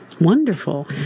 Wonderful